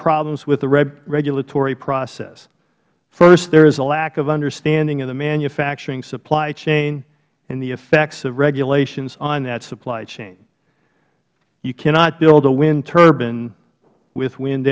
problems with the regulatory process first there is a lack of understanding of the manufacturing supply chain and effects of regulations on that supply chain you cannot build a wind turbine with wind